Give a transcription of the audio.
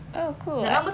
oh cool